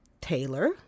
Taylor